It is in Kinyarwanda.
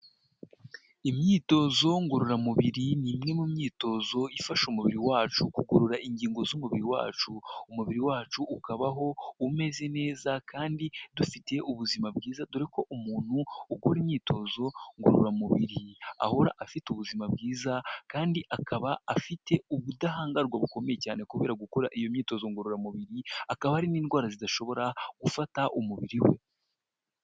Imyitozo ngororamubiri ni imwe mu myitozo ifasha umubiri wacu kugorora ingingo z'umubiri wacu, umubiri wacu ukabaho umeze neza kandi dufite ubuzima bwiza, dore ko umuntu ukora imyitozo ngororamubiri ahora afite ubuzima bwiza kandi akaba afite ubudahangarwa bukomeye cyane kubera gukora iyo myitozo ngororamubiri, akaba hari n'indwara zidashobora gufata umubiri we.